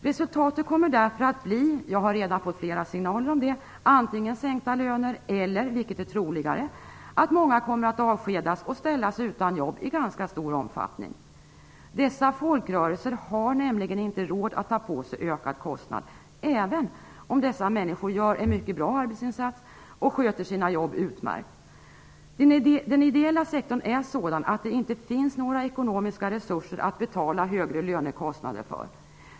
Resultatet kommer därför att bli - jag har redan fått flera signaler om det - antingen sänkta löner eller, vilket är troligare, att många kommer att avskedas och ställas utan jobb i ganska stor omfattning. Dessa folkrörelser har nämligen inte råd att ta på sig en ökad kostnad, även om dessa människor gör en mycket bra arbetsinsats och sköter sina jobb utmärkt. Den ideella sektorn är sådan, att det inte finns några ekonomiska resurser att betala högre lönekostnader för.